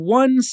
one